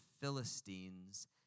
Philistines